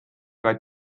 vaid